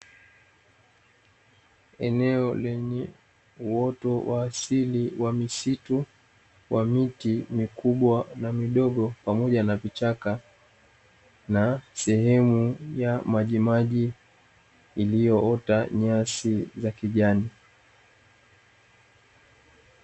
Eneo lenye uoto wa asili wa misitu wa miti mikubwa na midogo pamoja na vichaka, na sehemu ya majimaji iliyoota nyasi za kijani.